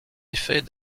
effet